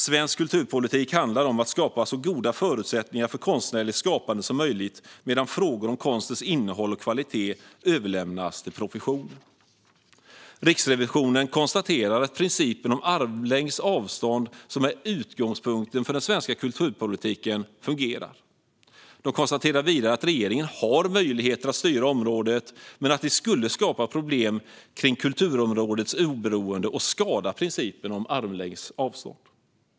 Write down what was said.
Svensk kulturpolitik handlar om att skapa så goda förutsättningar för konstnärligt skapande som möjligt medan frågor om konstens innehåll och kvalitet överlämnas till professionen. Riksrevisionen konstaterar att principen om armlängds avstånd, som är utgångspunkten för den svenska kulturpolitiken, fungerar. De konstaterar vidare att regeringen har möjlighet att styra området men att det skulle skapa problem med kulturområdets oberoende och skada principen om armlängds avstånd.